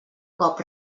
cop